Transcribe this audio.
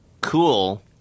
cool